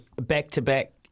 back-to-back